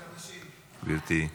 גברתי.